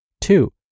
Two